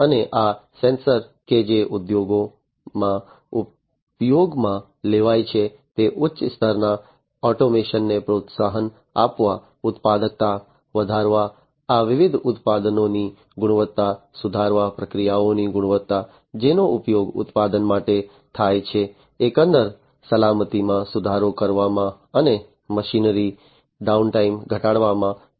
અને આ સેન્સર્સ કે જે ઉદ્યોગમાં ઉપયોગમાં લેવાય છે તે ઉચ્ચ સ્તરના ઓટોમેશન ને પ્રોત્સાહન આપવા ઉત્પાદકતા વધારવા આ વિવિધ ઉત્પાદનોની ગુણવત્તા સુધારવા પ્રક્રિયાઓની ગુણવત્તા જેનો ઉપયોગ ઉત્પાદન માટે થાય છે એકંદર સલામતીમાં સુધારો કરવામાં અને મશીનરીની ડાઉનટાઇમ ઘટાડવામાં મદદ કરવી જોઈએ